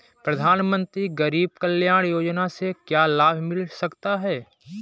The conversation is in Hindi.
प्रधानमंत्री गरीब कल्याण योजना से क्या लाभ मिल सकता है?